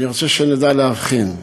אני רוצה שנדע להבחין,